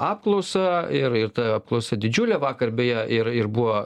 apklausą ir ir ta apklausa didžiulė vakar beje ir ir buvo